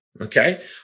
okay